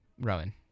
Rowan